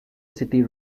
city